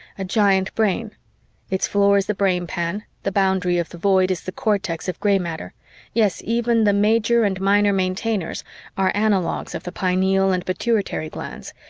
a giant brain its floor is the brainpan, the boundary of the void is the cortex of gray matter yes, even the major and minor maintainers are analogues of the pineal and pituitary glands,